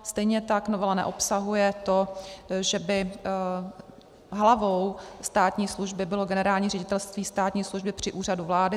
Stejně tak novela neobsahuje to, že by hlavou státní služby bylo Generální ředitelství státní služby při Úřadu vlády.